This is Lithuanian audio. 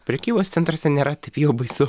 prekybos centruose nėra taip jau baisu